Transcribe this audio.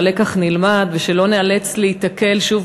שהלקח נלמד ושלא ניאלץ להיתקל שוב